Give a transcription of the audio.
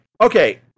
okay